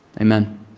Amen